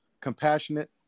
compassionate